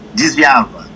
desviava